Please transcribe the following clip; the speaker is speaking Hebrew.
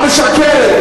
את משקרת,